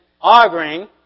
arguing